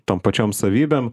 tom pačiom savybėm